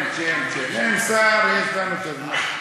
אין שר, יש לנו זמן.